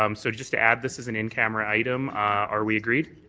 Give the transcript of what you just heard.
um so just to add this as an in camera item. are we agreed?